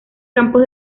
campos